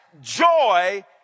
joy